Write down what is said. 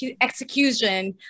execution